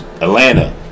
Atlanta